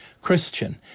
Christian